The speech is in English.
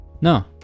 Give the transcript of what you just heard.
No